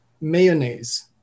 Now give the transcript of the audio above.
mayonnaise